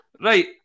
Right